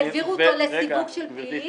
העבירו אותה לסיווג של פלילי?